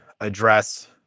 address